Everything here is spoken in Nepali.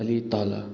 अलि तल